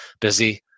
busy